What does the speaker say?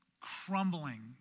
crumbling